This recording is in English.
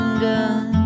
gun